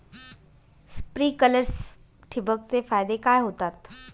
Sprinklers ठिबक चे फायदे काय होतात?